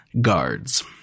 guards